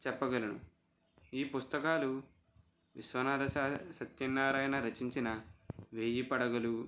చెప్పగలను ఈ పుస్తకాలు విశ్వనాథ సత్యనారాయణ రచించిన వెయ్యి పడగలు